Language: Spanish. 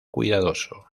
cuidadoso